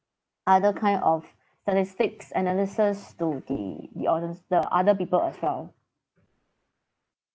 other kind of statistics analysis to the the audience the other people as well